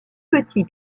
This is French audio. petit